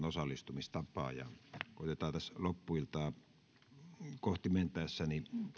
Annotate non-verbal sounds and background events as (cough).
(unintelligible) osallistumistapaa ja koetetaan tässä loppuiltaa kohti mentäessä